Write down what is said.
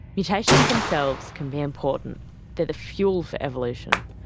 mutations themselves can be important the fuel for evolution.